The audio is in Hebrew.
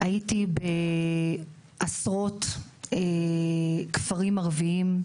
הייתי בעשרות כפרים ערביים,